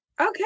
Okay